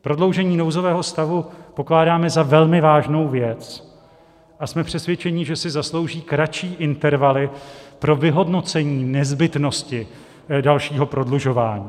Prodloužení nouzového stavu pokládáme za velmi vážnou věc a jsme přesvědčeni, že si zaslouží kratší intervaly pro vyhodnocení nezbytnosti dalšího prodlužování.